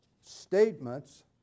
statements